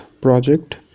Project